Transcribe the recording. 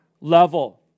level